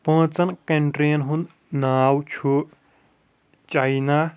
پانٛژن کنٹری ین ہُنٛد ناو چھُ چاینا